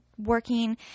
Working